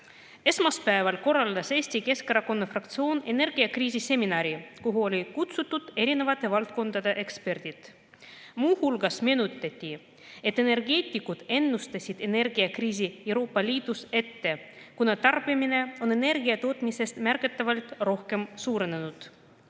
korraldas Eesti Keskerakonna fraktsioon energiakriisi seminari, kuhu olid kutsutud eri valdkondade eksperdid. Muu hulgas meenutati, et energeetikud ennustasid energiakriisi Euroopa Liidus ette, kuna energia tarbimine on tootmisest märgatavalt rohkem suurenenud.